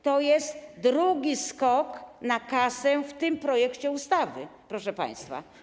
To jest drugi skok na kasę w tym projekcie ustawy, proszę państwa.